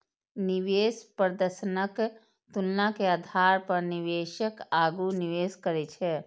निवेश प्रदर्शनक तुलना के आधार पर निवेशक आगू निवेश करै छै